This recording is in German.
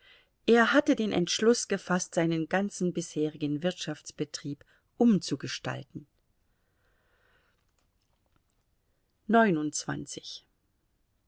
er hatte den entschluß gefaßt seinen ganzen bisherigen wirtschaftsbetrieb umzugestalten